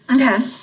Okay